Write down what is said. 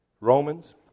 Romans